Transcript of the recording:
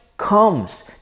comes